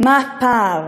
מה הפער